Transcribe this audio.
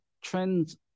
trends